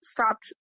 stopped